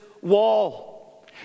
wall